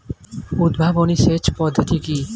উদ্ভাবনী সেচ পদ্ধতি কি?